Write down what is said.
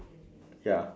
ya